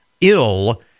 ill